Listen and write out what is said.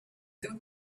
two